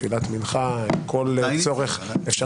תפילת מנחה, כל צורך אחר.